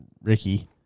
Ricky